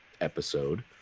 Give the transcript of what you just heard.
episode